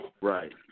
Right